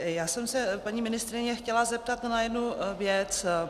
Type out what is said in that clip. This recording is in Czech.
Já jsem se paní ministryně chtěla zeptat na jednu věc.